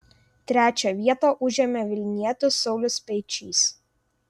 trečią vietą užėmė vilnietis saulius speičys